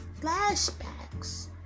flashbacks